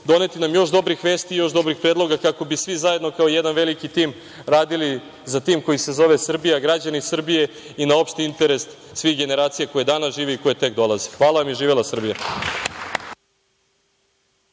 doneti nam još dobrih vesti i predloga, kako bi svi zajedno kao jedan veliki tim radili za tim koji se zove Srbija, građani Srbije i na opšti interes svih generacija koje danas žive i koje tek dolaze. Hvala. **Marija